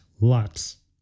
lots